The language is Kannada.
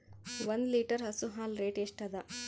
ಒಂದ್ ಲೀಟರ್ ಹಸು ಹಾಲ್ ರೇಟ್ ಎಷ್ಟ ಅದ?